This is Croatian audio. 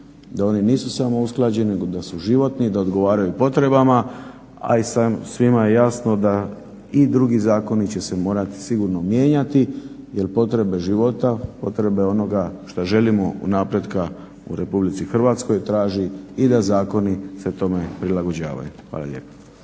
da oni nisu samo usklađeni nego da su životni i da odgovaraju potrebama, a i svima je jasno da i drugi zakoni će se morati sigurno mijenjati jer potrebe života, potrebe onoga što želimo u napretku u RH traži i da zakoni se tome prilagođavaju. Hvala lijepa.